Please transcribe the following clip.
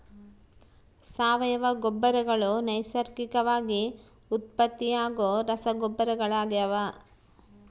ಸಾವಯವ ಗೊಬ್ಬರಗಳು ನೈಸರ್ಗಿಕವಾಗಿ ಉತ್ಪತ್ತಿಯಾಗೋ ರಸಗೊಬ್ಬರಗಳಾಗ್ಯವ